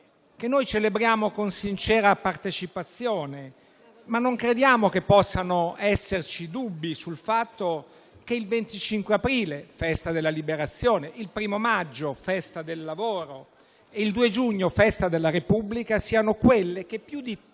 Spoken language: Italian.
che noi celebriamo con sincera partecipazione, ma non crediamo che possano esserci dubbi sul fatto che il 25 aprile (Festa della liberazione), il 1° maggio (Festa del lavoro), e il 2 giugno (Festa della Repubblica) siano quelle che più di